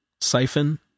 Siphon